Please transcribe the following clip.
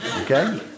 Okay